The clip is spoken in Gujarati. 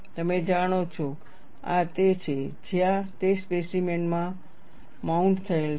તમે જાણો છો આ તે છે જ્યાં તે સ્પેસીમેન પર માઉન્ટ થયેલ છે